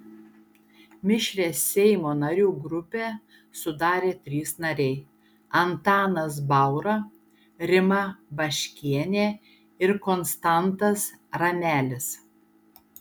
mišrią seimo narių grupę sudarė trys nariai antanas baura rima baškienė ir konstantas ramelis